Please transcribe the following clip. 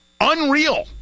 unreal